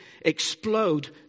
explode